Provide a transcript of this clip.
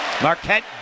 Marquette